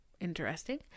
Interesting